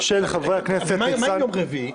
מה עם יום רביעי?